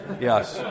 yes